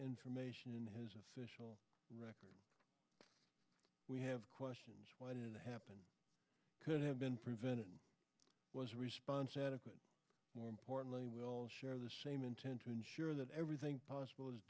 information in his official record we have questions why did it happen could have been prevented was response adequate more importantly we all share the same intent to ensure that everything possible is